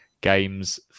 games